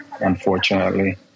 unfortunately